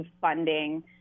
funding